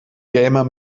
gamer